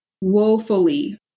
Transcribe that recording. woefully